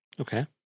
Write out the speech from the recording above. okay